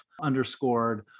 underscored